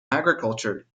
agriculture